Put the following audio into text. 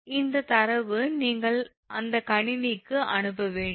இந்தத் தரவு நீங்கள் அதை கணினிக்கு அனுப்ப வேண்டும்